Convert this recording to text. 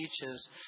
teaches